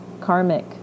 karmic